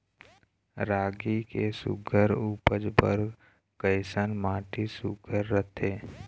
रागी के सुघ्घर उपज बर कैसन माटी सुघ्घर रथे?